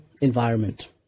environment